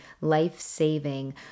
life-saving